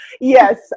yes